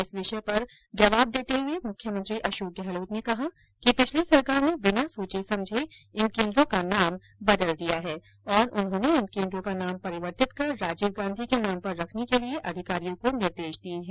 इस विषय पर जवाब देते हुए मुख्यमंत्री अशोक गहलोत ने कहा कि पिछली सरकार ने बिना सोचे समझे इन केन्द्रों का नाम परिवर्तित किया है और उन्होंने इन केन्द्रों का नाम परिवर्तित कर राजीव गांधी के नाम पर रखने के लिए अधिकारियों को निर्देश दिए हैं